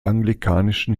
anglikanischen